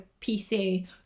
pc